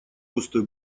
пустой